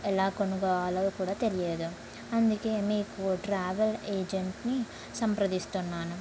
ఎలా కొనుక్కోవాలో కూడా తెలియదు అందుకే మీకు ట్రావెల్ ఏజెంట్ని సంప్రదిస్తున్నాను